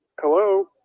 Hello